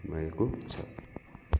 भएको छ